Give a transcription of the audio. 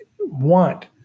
want